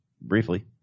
briefly